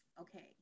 Okay